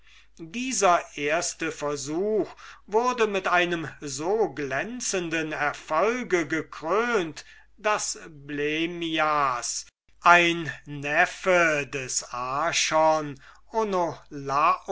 dieser erste versuch wurde mit einem so glänzenden erfolg gekrönt daß blemmias ein neffe des